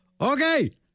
Okay